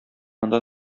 анда